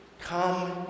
come